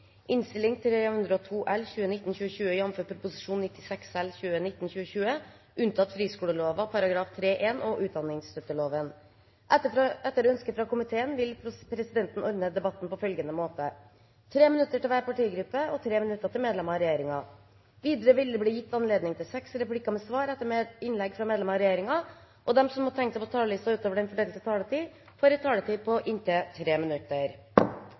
Innst. 322 L i forrige uke. Vi ber derfor om at denne lovanmerkningen vedtas. Representanten Karin Andersen har tatt opp det forslaget hun refererte til. Flere har ikke bedt om ordet til sakene nr. 1–26. Etter ønske fra transport- og kommunikasjonskomiteen vil presidenten ordne debatten slik: 3 minutter til hver partigruppe og 3 minutter til medlemmer av regjeringen. Videre vil det bli gitt anledning til inntil seks replikker med svar etter innlegg fra medlemmer av regjeringen, og de som måtte tegne seg på talerlisten utover den fordelte taletid, får